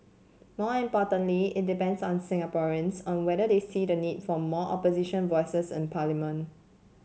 more importantly it depends on Singaporeans on whether they see the need for more Opposition voices in parliament